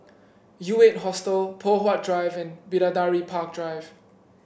U Eight Hostel Poh Huat Drive and Bidadari Park Drive